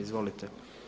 Izvolite.